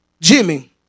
Jimmy